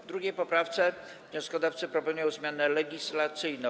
W 2. poprawce wnioskodawcy proponują zmianę legislacyjną.